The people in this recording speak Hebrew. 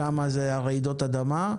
שם זה רעידות האדמה,